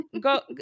Go